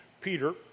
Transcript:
Peter